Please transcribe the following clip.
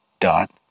dot